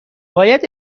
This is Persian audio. باید